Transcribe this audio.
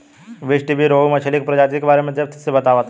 बीज़टीवी पर रोहु मछली के प्रजाति के बारे में डेप्थ से बतावता